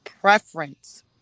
preference